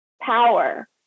power